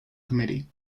committee